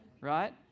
right